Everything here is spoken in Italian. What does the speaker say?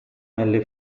nelle